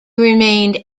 remained